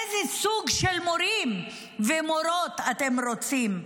איזה סוג של מורים ומורות אתם רוצים?